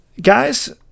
guys